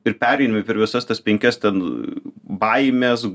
ir pereini per visas tas penkias ten baimės